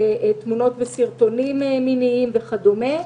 תמונות וסרטונים מיניים וכדומה.